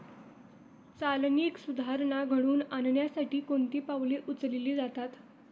चालनीक सुधारणा घडवून आणण्यासाठी कोणती पावले उचलली जातात?